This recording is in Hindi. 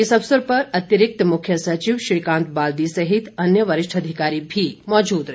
इस अवसर पर अतिरिक्त मुख्य सचिव श्रीकांत बाल्दी सहित अन्य वरिष्ठ अधिकारी भी मौजूद रहे